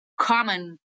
common